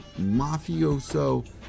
mafioso